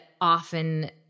often